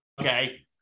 Okay